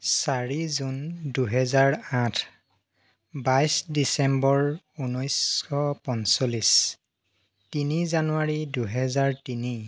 চাৰি জুন দুহেজাৰ আঠ বাইছ ডিচেম্বৰ ঊনৈছশ পঞ্চল্লিছ তিনি জানুৱাৰী দুহেজাৰ তিনি